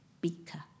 Beaker